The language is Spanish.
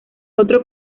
otro